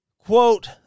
Quote